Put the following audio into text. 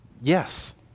yes